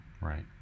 Right